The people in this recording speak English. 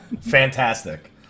fantastic